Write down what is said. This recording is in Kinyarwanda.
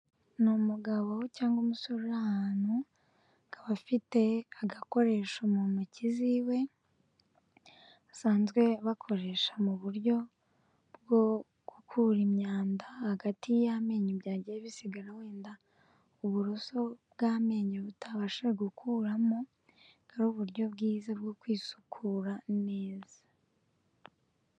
Ni umugabo cyangwa umusore uri ahantu akaba afite agakoresho mu ntoki ziwe basanzwe bakoresha mu buryo bwo gukura imyanda hagati y'amenyo, byagiye bisigara wenda uburoso bw'amenyo butabasha gukuramo, akaba ari uburyo bwiza bwo kwisukura neza.